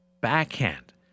backhand